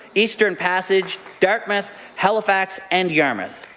eastern passage, dartmouth, halifax, and yarmouth.